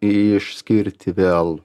išskirti vėl